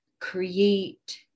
create